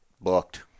Booked